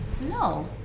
No